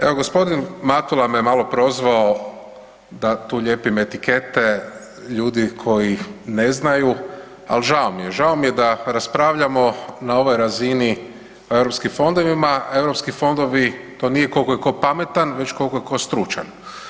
Evo g. Matula me malo prozvao, da tu lijepim etikete ljudi koji ne znaju, ali žao mi je, žao mi je da raspravljamo na ovoj razini o europskim fondovima, europski fondovi, to nije koliko je ko pametan, već koliko je ko stručan.